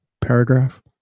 paragraph